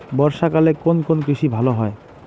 বর্ষা কালে কোন কোন কৃষি ভালো হয়?